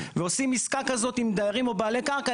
ועושים עסקה כזאת עם דיירים או בעלי קרקע,